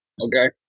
Okay